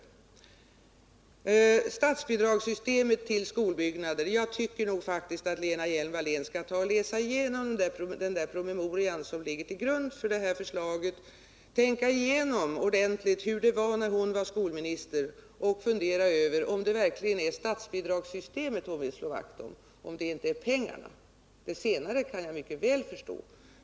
Beträffande systemet med statsbidrag till skolbyggnader tycker jag att Lena Hjelm-Wallén bör läsa igenom den promemoria som ligger till grund för förslaget, ordentligt tänka igenom hur det var när hon var skolminister och fundera över om det verkligen är statsbidragssystemet som hon vill slå vakt om — så att det inte är pengarna. Det senare kan jag mycket väl förstå.